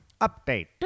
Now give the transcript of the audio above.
update